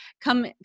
come